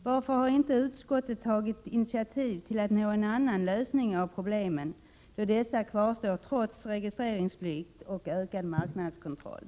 Varför har inte utskottet tagit initiativ för att nå en annan lösning av problemen, då dessa kvarstår trots registreringsplikt och ökad marknadskontroll?